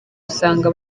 usanga